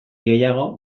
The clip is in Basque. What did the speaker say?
gehiago